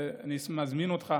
ואני מזמין אותך